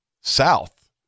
south